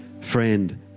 Friend